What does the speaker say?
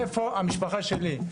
איפה המשפחה שלי,